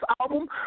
album